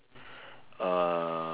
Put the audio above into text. uh